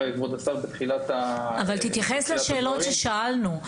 תתייחס לשאלות ששאלנו.